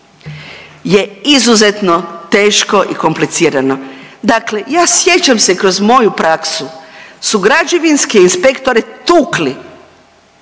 je izuzetno teško i komplicirano. Dakle ja, sjećam se kroz moju praksu su građevinske inspektore tukli,